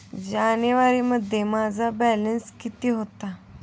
जानेवारीमध्ये माझा बॅलन्स किती होता?